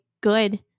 good